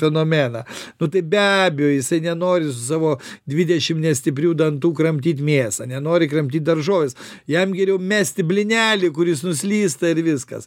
fenomeną nu tai be abejo jisai nenori su savo dvidešim nestiprių dantų kramtyt mėsą nenori kramtyt daržovės jam geriau mesti blynelį kuris nuslysta ir viskas